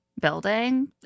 building